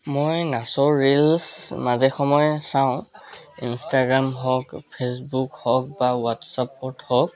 মই নাচৰ ৰীল্ছ মাজে সময়ে চাওঁ ইনষ্টাগ্ৰাম হওঁক ফেইচবুক হওঁক বা হোৱাটছাপত হওঁক